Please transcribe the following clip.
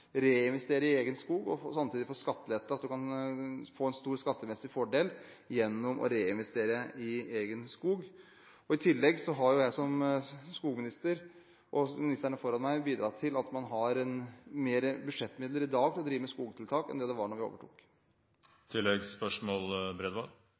reinvestere i egen skog og samtidig få skattelette. Du får en stor skattefordel ved å reinvestere i egen skog. I tillegg har jeg som skogminister – og ministre før meg – bidratt til at man har mer budsjettmidler til å drive med skogtiltak i dag enn da vi overtok.